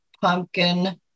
pumpkin